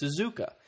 Suzuka